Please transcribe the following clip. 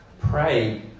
pray